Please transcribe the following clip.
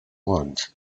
want